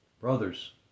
brothers